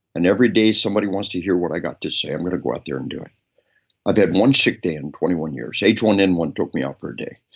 and every day somebody wants to hear what i got to say, i'm gonna go out there and do it i've had one sick day in twenty one years. h one n one took me out for a day.